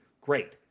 Great